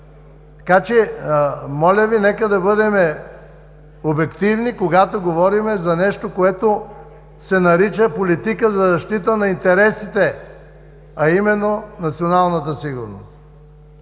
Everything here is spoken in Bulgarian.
Така че, моля Ви, нека да бъдем обективни, когато говорим за нещо, което се нарича „политика за защита на интересите“, а именно националната сигурност.